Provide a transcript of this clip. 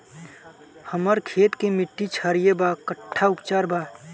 हमर खेत के मिट्टी क्षारीय बा कट्ठा उपचार बा?